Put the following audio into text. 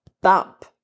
bump